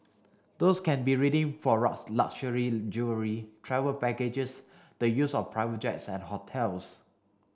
those can be redeemed for luxury jewellery travel packages the use of private jets and hotels